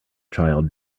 child